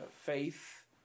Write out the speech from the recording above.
faith